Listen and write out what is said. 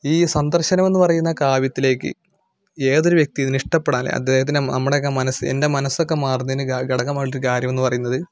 ഈ സന്ദർശനമെന്ന് പറയുന്ന കാവ്യത്തിലേക്ക് ഏതൊരു വ്യക്തി ഇതിനെ ഇഷ്ടപ്പെടാന് അദ്ദേഹത്തിൻ്റെ മ നമ്മുടെയൊക്കെ മനസ്സ് എൻ്റെ മനസ്സൊക്കെ മാറുന്നതിന് ക ഘടകമായിട്ട് ഉള്ള ഒരു കാര്യമെന്ന് പറയുന്നത്